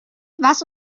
was